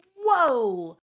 Whoa